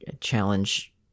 Challenge